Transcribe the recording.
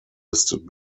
listed